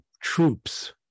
troops